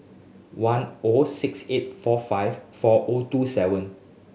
one O six eight four five four O two seven